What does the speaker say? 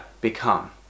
become